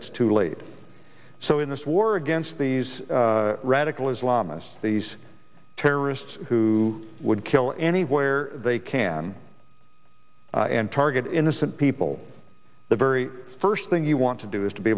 it's too late so in this war against these radical islamists these terrorists who would kill anywhere they can and target innocent people the very first thing you want to do is to be